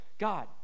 God